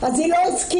אז היא לא הסכימה.